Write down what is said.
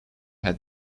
had